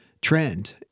trend